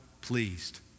pleased